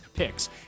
Picks